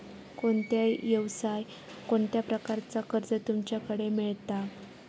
कोणत्या यवसाय कोणत्या प्रकारचा कर्ज तुमच्याकडे मेलता?